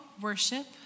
worship